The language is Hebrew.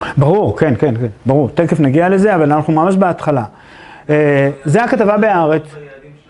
ברור, כן, כן, כן, ברור, תקף נגיע לזה, אבל אנחנו ממש בהתחלה. זה הכתבה בארץ.